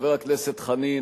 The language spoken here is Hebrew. חבר הכנסת חנין,